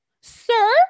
sir